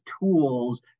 tools